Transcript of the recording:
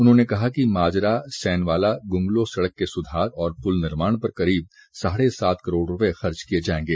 उन्होंने कहा कि माजरा सैनवाला गुन्गलो सड़क के सुधार और पुल निर्माण पर करीब साढ़े सात करोड़ रुपए खर्च किए जाएंगे